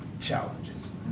challenges